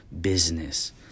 business